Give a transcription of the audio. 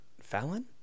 Fallon